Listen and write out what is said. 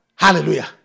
Hallelujah